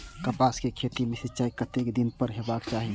कपास के खेती में सिंचाई कतेक दिन पर हेबाक चाही?